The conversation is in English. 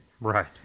right